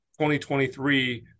2023